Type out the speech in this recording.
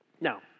Now